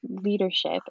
leadership